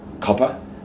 copper